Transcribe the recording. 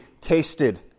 tasted